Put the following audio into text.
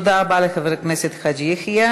תודה רבה לחבר הכנסת חאג' יחיא.